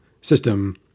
system